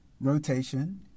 rotation